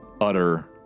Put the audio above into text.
utter